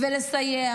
לסייע